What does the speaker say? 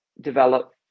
develop